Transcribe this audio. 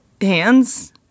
hands